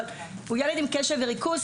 אבל הוא ילד עם קשב וריכוז,